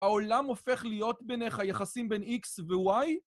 העולם הופך להיות ביניך יחסים בין X ו-Y?